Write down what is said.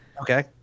Okay